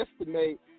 estimate